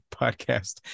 podcast